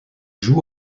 joue